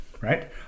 right